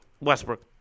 Westbrook